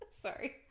sorry